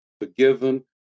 forgiven